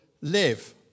live